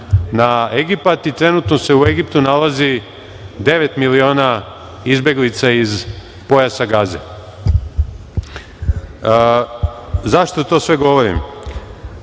na Egipat i trenutno se u Egiptu nalazi devet miliona izbeglica iz Pojasa Gaze.Zašto to sve govorim?